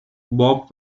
bob